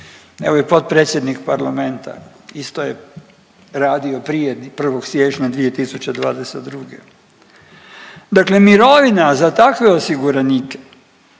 evo i potpredsjednik parlamenta isto je radio prije 1. siječnja 2022., dakle mirovina za takve osiguranike